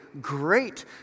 great